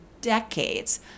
decades